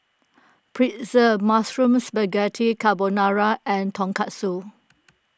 Pretzel Mushroom Spaghetti Carbonara and Tonkatsu